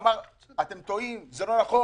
אמר: אתם טועים, זה לא נכון.